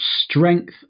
strength